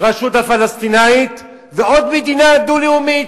רשות פלסטינית ועוד מדינה דו-לאומית,